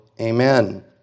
amen